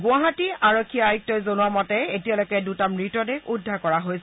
গুৱাহাটী আৰক্ষী আয়ুক্তই জনোৱা মতে এতিয়ালৈকে দুটা মৃতদেহ উদ্ধাৰ কৰা হৈছে